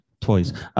Toys